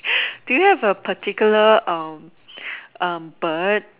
do you have a particular um um bird